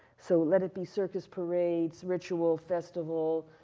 so, let it be circus parades, ritual, festival.